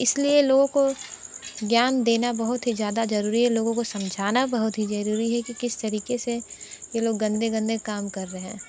इसलिए लोगों को ज्ञान देना बहुत ही ज़्यादा जरूरी है लोगों को समझाना बहुत ही जरूरी है क्योंकि किस तरीके से ये लोग गंदे गंदे काम कर रहे हैं